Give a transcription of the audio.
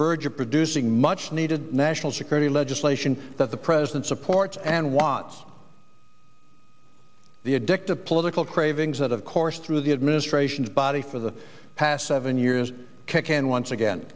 verge of producing much needed national security legislation that the president supports and wants the addictive political cravings that of course through the administrations body for the past seven years can once again